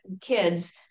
kids